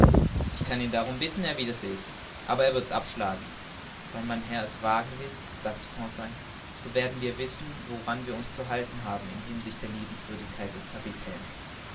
ich kann ihn darum bitten erwiderte ich aber er wird's abschlagen wenn mein herr es wagen will sagte conseil so werden wir wissen woran wir uns zu halten haben in hinsicht der liebenswürdigkeit des kapitäns